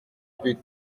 peut